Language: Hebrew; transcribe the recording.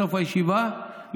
בסוף הישיבה,